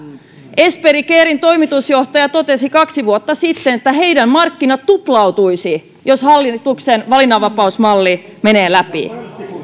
esperi caren toimitusjohtaja totesi kaksi vuotta sitten että heidän markkinansa tuplautuisivat jos hallituksen valinnanvapausmalli menee läpi